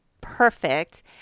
perfect